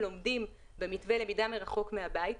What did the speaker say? לומדים במתווה למידה מרחוק מהבית,